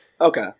Okay